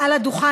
מעל הדוכן,